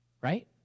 Right